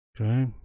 okay